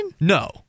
No